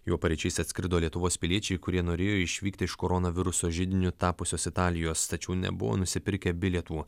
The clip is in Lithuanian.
juo paryčiais atskrido lietuvos piliečiai kurie norėjo išvykti iš koronaviruso židiniu tapusios italijos tačiau nebuvo nusipirkę bilietų